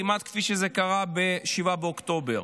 כמעט כפי שקרה ב-7 באוקטובר.